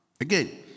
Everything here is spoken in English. Again